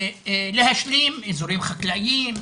להשלים אזורים חקלאיים,